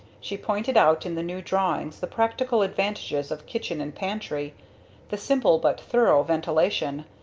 she pointed out in the new drawings the practical advantages of kitchen and pantry the simple but thorough ventilation,